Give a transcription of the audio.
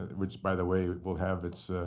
which by the way, will have its